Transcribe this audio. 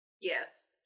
Yes